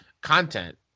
content